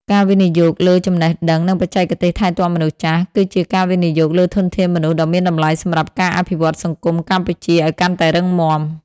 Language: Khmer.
ការវិនិយោគលើចំណេះដឹង និងបច្ចេកទេសថែទាំមនុស្សចាស់ គឺជាការវិនិយោគលើធនធានមនុស្សដ៏មានតម្លៃសម្រាប់ការអភិវឌ្ឍសង្គមកម្ពុជាឱ្យកាន់តែរឹងមាំ។